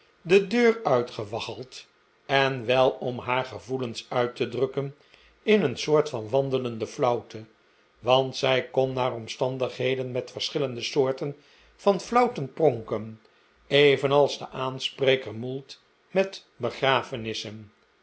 de deur uitgewaggeld en wel om haar gevoelens uit te drukken in een sodrt van wandelende flauwte want zij kon naar omstandigheden met verschillende soorten van flauwten pronken evenals de aanspreker mould met begrafenissen